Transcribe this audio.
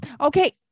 Okay